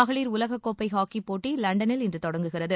மகளிர் உலககோப்பை ஹாக்கி போட்டி லண்டனில் இன்று தொடங்குகிறது